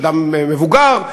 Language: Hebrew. אדם מבוגר,